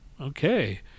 Okay